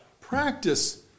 practice